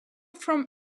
from